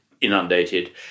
inundated